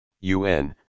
UN